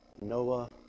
Noah